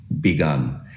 begun